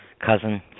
cousin